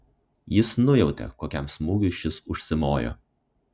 jis nujautė kokiam smūgiui šis užsimojo